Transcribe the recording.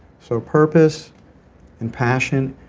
so purpose and passion.